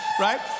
right